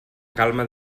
calma